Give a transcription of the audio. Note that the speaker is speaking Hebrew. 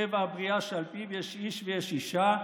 טבע הבריאה שעל פיו יש איש ויש אישה,